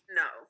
no